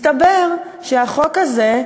הסתבר שהחוק הזה,